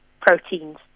proteins